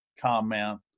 comment